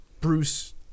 Bruce